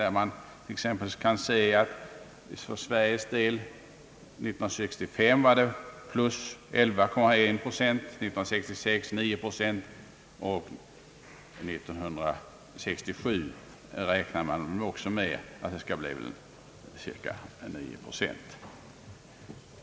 Löneökningen per timme var år 1965 för Sveriges del plus 11,1 procent, år 1966 9 procent, och för år 1967 räknar man också med att den skall bli cirka 9 procent.